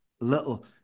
Little